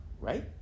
Right